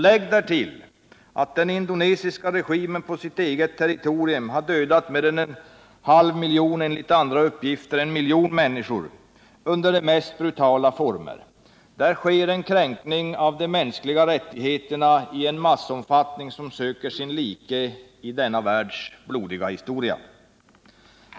Lägg därtill att den indonesiska regimen på sitt eget territorium har dödat mer än en halv miljon — enligt andra uppgifter en miljon — människor under de mest brutala former. Där sker en kränkning av de mänskliga rättigheterna i en massomfattning som söker sin like i denna världs blodiga historia.